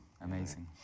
Amazing